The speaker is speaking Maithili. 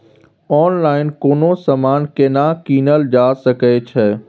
ऑनलाइन कोनो समान केना कीनल जा सकै छै?